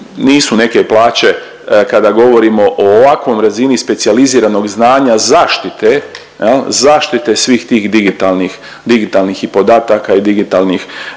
nisu neke plaće kada govorimo o ovakvoj razini specijaliziranog znanja zaštite jel, zaštite svih tih digitalnih, digitalnih